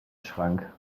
schrank